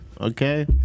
okay